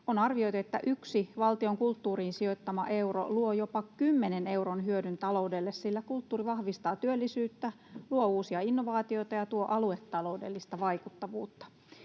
On arvioitu, että yksi valtion kulttuuriin sijoittama euro luo jopa 10 euron hyödyn taloudelle, sillä kulttuuri vahvistaa työllisyyttä, luo uusia innovaatioita ja tuo aluetaloudellista vaikuttavuutta.